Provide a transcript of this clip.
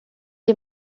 est